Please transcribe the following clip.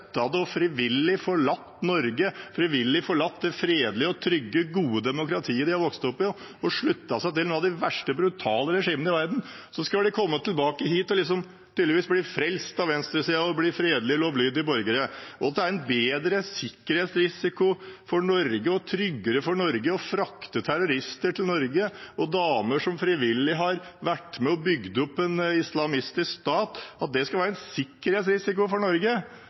det og frivillig forlatt Norge – frivillig forlatt det fredelige, trygge og gode demokratiet de har vokst opp i og sluttet seg til et av de verste, mest brutale regimene i verden – skal komme tilbake hit og tydeligvis bli frelst av venstresiden og bli fredelige og lovlydige borgere. Og at det er bedre for sikkerhetsrisikoen for Norge og tryggere for Norge å frakte terrorister til Norge, damer som frivillig har vært med og bygd opp en islamistisk stat, synes jeg er helt utrolig naivt. Det